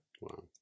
Wow